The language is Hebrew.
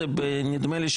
נדמה לי,